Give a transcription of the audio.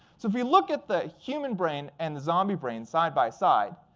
so if we look at the human brain and the zombie brain side by side,